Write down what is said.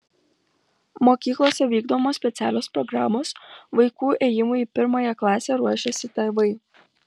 mokyklose vykdomos specialios programos vaikų ėjimui į pirmąją klasę ruošiasi tėvai